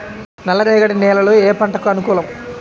నల్ల రేగడి నేలలు ఏ పంటకు అనుకూలం?